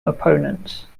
opponents